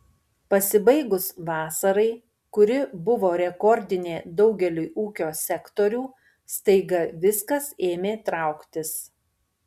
pasibaigus vasarai kuri buvo rekordinė daugeliui ūkio sektorių staiga viskas ėmė trauktis